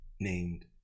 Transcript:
named